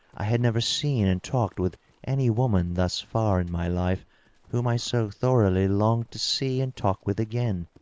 i had never seen and talked with any woman thus far in my life whom i so thoroughly longed to see and talk with again.